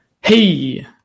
Hey